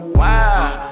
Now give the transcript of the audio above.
wow